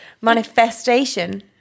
manifestation